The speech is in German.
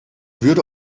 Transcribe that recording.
würde